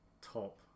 top